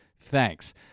Thanks